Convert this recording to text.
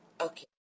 Okay